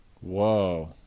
whoa